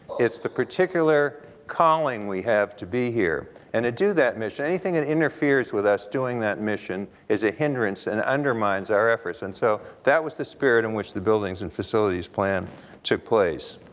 it's the particular calling we have to be here and to do that mission, anything that interferes with us doing that mission is a hindrance and undermines our efforts and so that was the spirit in which the buildings and facilities plan took place.